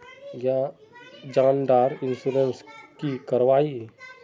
जान डार इंश्योरेंस की करवा ई?